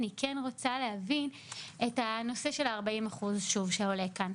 אני כן רוצה להבין את הנושא של ה-40% שעולה כאן,